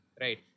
right